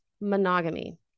monogamy